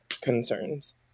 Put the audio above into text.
concerns